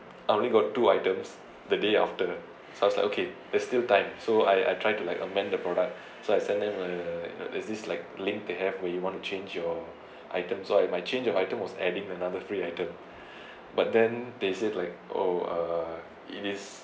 I only got two items the day after so I was like okay there's still time so I I try to like amend the product so I send them a you know there's this like link they have where you want to change your items so my change of item was adding another free item but then they said like oh uh it is